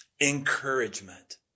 encouragement